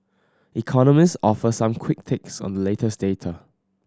economist offer some quick takes on the latest data